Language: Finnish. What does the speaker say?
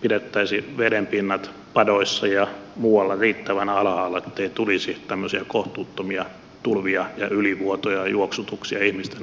pidettäisiin vedenpinnat padoissa ja muualla riittävän alhaalla ettei tulisi tämmöisiä kohtuuttomia tulvia ja ylivuotoja ja juoksutuksia ihmisten asuntoihin ja pelloille